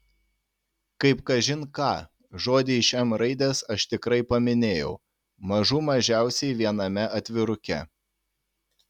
kaip kažin ką žodį iš m raidės aš tikrai paminėjau mažų mažiausiai viename atviruke